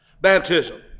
baptism